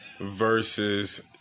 versus